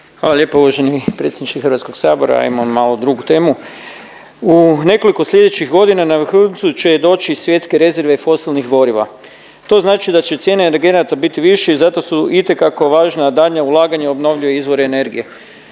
Hvala lijepo uvaženi predsjedniče Hrvatskog sabora. Imam malo drugu temu. U nekoliko slijedećih godina na vrhuncu će doći svjetske rezerve fosilnih goriva. To znači da će cijene energenata biti više i zato su itekako važna daljnja ulaganja u obnovljive izvore energije.